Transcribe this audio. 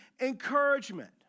encouragement